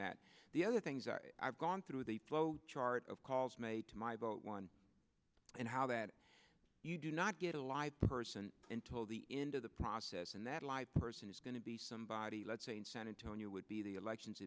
that the other things i've gone through with a flow chart of calls made to my vote one and how that you do not get a live person in told the end of the process and that live person is going to be somebody let's say in san antonio would be the elections